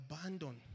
abandon